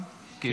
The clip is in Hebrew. אני